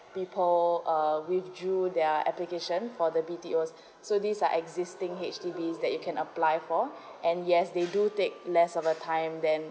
people uh withdraw their application for the B_T_O so these are existing H_D_B that you can apply for and yes they do take less of a time than